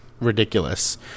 ridiculous